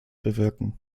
bewirken